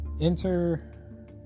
enter